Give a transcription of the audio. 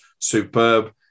superb